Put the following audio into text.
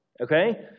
Okay